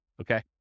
Okay